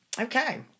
Okay